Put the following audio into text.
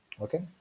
okay